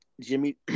Jimmy